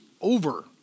over